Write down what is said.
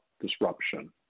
disruption